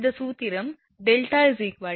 இந்த சூத்திரம் δ 0